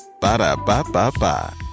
Ba-da-ba-ba-ba